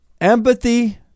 Empathy